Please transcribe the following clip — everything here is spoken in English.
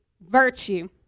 virtue